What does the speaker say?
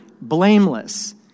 blameless